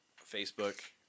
Facebook